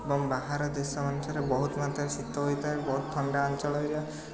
ଏବଂ ବାହାର ଦେଶ ଅନୁସାରେ ବହୁତ ମାତ୍ରାରେ ଶୀତ ହୋଇଥାଏ ବହୁତ ଥଣ୍ଡା ଅଞ୍ଚଳ ଏରିଆ